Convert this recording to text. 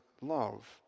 love